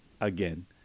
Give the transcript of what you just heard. again